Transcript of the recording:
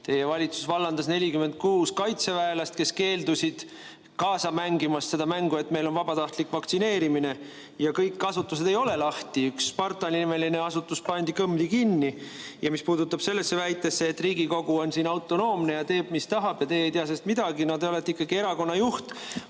Teie valitsus vallandas 46 kaitseväelast, kes keeldusid kaasa mängimast seda mängu, et meil on vabatahtlik vaktsineerimine. Ja kõik asutused ei ole lahti, üks Sparta-nimeline asutus pandi kõmdi kinni. Ja mis puudutab seda väidet, et Riigikogu on autonoomne ja teeb, mis tahab, ja teie ei tea sellest midagi – no te olete ikkagi erakonna juht.